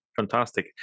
Fantastic